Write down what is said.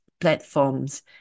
platforms